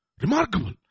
Remarkable